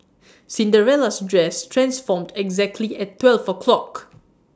Cinderella's dress transformed exactly at twelve o'clock